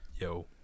Yo